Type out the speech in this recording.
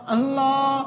Allah